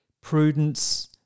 prudence